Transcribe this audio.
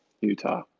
Utah